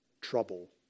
trouble